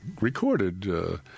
recorded